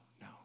no